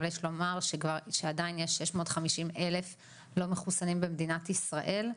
אבל יש לומר שעדיין יש 650,000 לא מחוסנים במדינת ישראל.